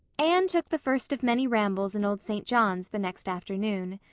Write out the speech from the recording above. anne took the first of many rambles in old st. john's the next afternoon.